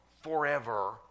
Forever